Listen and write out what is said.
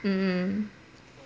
mm mm